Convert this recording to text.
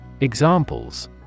Examples